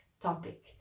topic